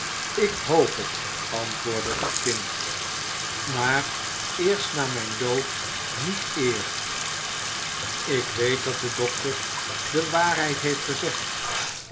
ik hoop het antwoordde het kind maar eerst na mijn dood niet eer ik weet dat de dokter de waarheid heeft gezegd